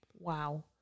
Wow